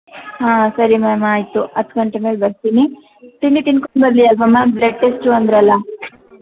ಹಾಂ ಸರಿ ಮ್ಯಾಮ್ ಆಯಿತು ಹತ್ತು ಗಂಟೆ ಮೇಲೆ ಬರ್ತೀನಿ ತಿಂಡಿ ತಿಂದುಕೊಂಡು ಬರಲಿ ಅಲ್ವಾ ಮ್ಯಾಮ್ ಬ್ಲಡ್ ಟೆಸ್ಟ್ ಅಂದಿರಲ್ಲ